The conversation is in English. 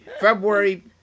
February